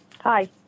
Hi